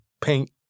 paint